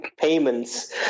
payments